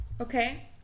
Okay